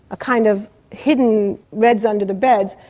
a kind of hidden reds under the beds,